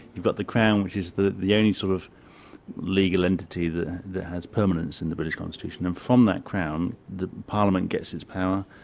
you've got the crown, which is the the only sort of legal entity that has permanence in the british constitution, and from that crown, the parliament gets its power.